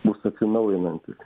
mūsų atsinaujinančius